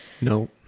No